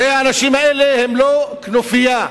הרי האנשים האלה הם לא כנופיה.